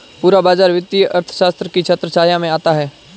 पूरा बाजार वित्तीय अर्थशास्त्र की छत्रछाया में आता है